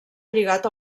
lligat